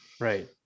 Right